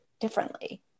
differently